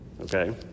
Okay